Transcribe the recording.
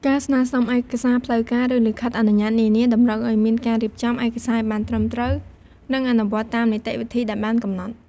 ការស្នើសុំឯកសារផ្លូវការ ឬលិខិតអនុញ្ញាតនានា តម្រូវឲ្យមានការរៀបចំឯកសារឲ្យបានត្រឹមត្រូវ និងអនុវត្តតាមនីតិវិធីដែលបានកំណត់។